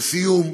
לסיום,